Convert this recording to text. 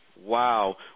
Wow